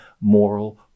moral